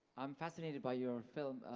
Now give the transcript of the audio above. i'm fascinated by your film,